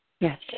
Yes